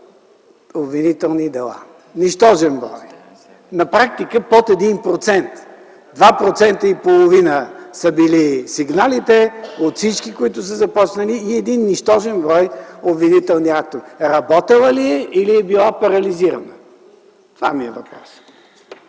обвинителни дела? Нищожен брой! На практика под 1% - 2,5% са били сигналите от всички, които са започнали, и един нищожен брой обвинителни актове. Работила ли е или е била парализирана? Това е въпросът